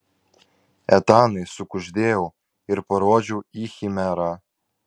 etanai sukuždėjau ir parodžiau į chimerą